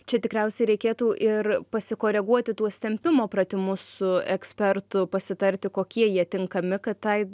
čia tikriausiai reikėtų ir pasikoreguoti tuos tempimo pratimus su ekspertu pasitarti kokie jie tinkami kad tai